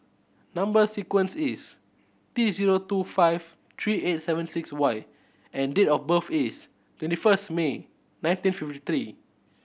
number sequence is T zero two five three eight seven six Y and date of birth is twenty first May nineteen fifty three